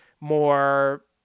more